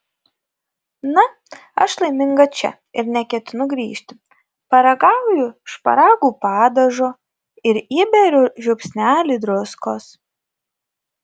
na aš laiminga čia ir neketinu grįžti paragauju šparagų padažo ir įberiu žiupsnelį druskos